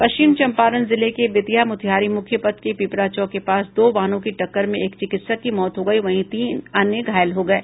पश्चिम चंपारण जिले के बेतिया मोतीहारी मुख्य पथ के पिपरा चौक के पास दो वाहनों की टक्कर में एक चिकित्सक की मौत हो गई वहीं तीन अन्य घायल हो गये